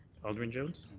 alderman jones?